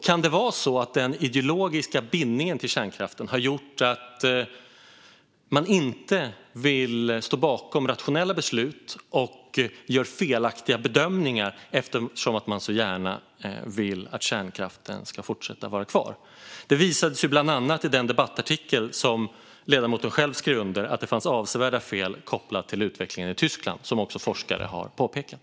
Kan det vara så att den ideologiska bindningen till kärnkraften har gjort att man inte vill stå bakom rationella beslut? Kan det vara så att man gör felaktiga bedömningar eftersom man så gärna vill att kärnkraften ska fortsätta vara kvar? Till exempel visade det sig i den debattartikel som ledamoten själv skrev under att det fanns avsevärda fel kopplat till utvecklingen i Tyskland, vilket också forskare har påpekat.